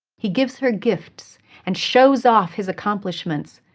he gives her gifts and shows off his accomplishments,